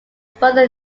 further